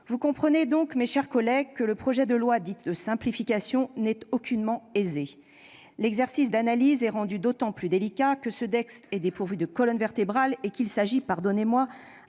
Vous comprenez donc, mes chers collègues, que ce projet de loi dit de « simplification » n'est aucunement d'un abord aisé. L'exercice d'analyse est d'autant plus délicat que ce texte est dépourvu de colonne vertébrale et qu'il s'agit -pardonnez-moi